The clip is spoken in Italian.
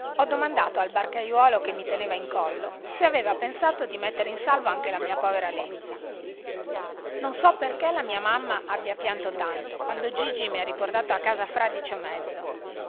ho domandato al barcaiuolo che mi teneva in collo se aveva pensato di mettere in salvo anche la mia povera lenza non so perché la mia mamma abbia pianto tanto quando gigi mi ha riportato a casa fradicio mézzo